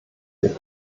wir